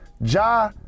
Ja